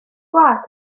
glas